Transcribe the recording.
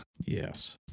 Yes